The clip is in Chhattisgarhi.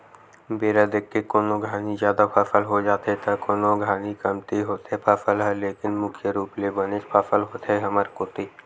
बेरा देख के कोनो घानी जादा फसल हो जाथे त कोनो घानी कमती होथे फसल ह लेकिन मुख्य रुप ले बनेच फसल होथे हमर कोती